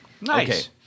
Nice